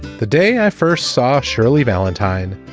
the day i first saw shirley valentine,